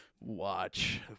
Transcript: watch